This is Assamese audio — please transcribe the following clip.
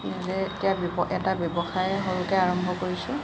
নিজে এতিয়া এটা ব্যৱসায় সৰুকৈ আৰম্ভ কৰিছোঁ